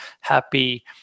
happy